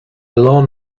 lawn